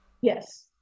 yes